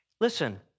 Listen